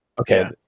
Okay